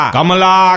Kamala